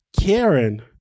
karen